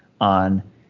On